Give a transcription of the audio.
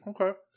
Okay